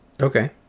Okay